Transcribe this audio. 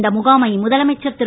இந்த முகாமை முதலமைச்சர் திரு